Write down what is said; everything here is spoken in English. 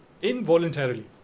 Involuntarily